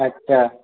আচ্ছা